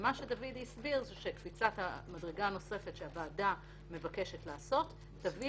ומה שדוד הסביר זה שקפיצת המדרגה הנוספת שהוועדה מבקשת לעשות תביא